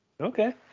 Okay